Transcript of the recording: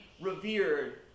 revered